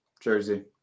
jersey